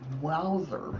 Wowzer